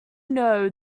know